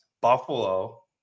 Buffalo